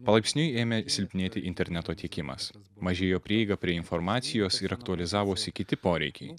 palaipsniui ėmė silpnėti interneto tiekimas mažėjo prieiga prie informacijos ir aktualizavosi kiti poreikiai